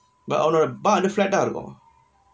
but அவனோட:avanoda bar இன்னும்:innum flat dah இருக்கு:irukku